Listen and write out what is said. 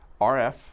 RF